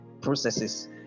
processes